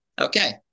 Okay